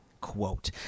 Quote